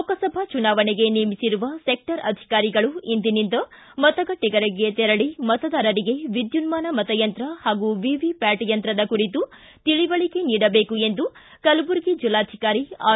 ಲೋಕಸಭಾ ಚುನಾವಣೆಗೆ ನೇಮಿಸಿರುವ ಸೆಕ್ಷರ್ ಅಧಿಕಾರಿಗಳು ಇಂದಿನಿಂದ ಮತಗಟ್ಟಿಗಳಗೆ ತೆರಳಿ ಮತದಾರರಿಗೆ ವಿದ್ದುನ್ನಾನ ಮತಯಂತ್ರ ಹಾಗೂ ವಿವಿ ಪ್ಯಾಟ್ ಯಂತ್ರದ ಕುರಿತು ತಿಳುವಳಿಕೆ ನೀಡಬೇಕು ಎಂದು ಕಲಬುರಗಿ ಜಿಲ್ಲಾಧಿಕಾರಿ ಆರ್